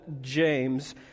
James